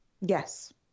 Yes